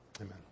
Amen